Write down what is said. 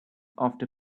after